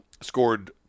scored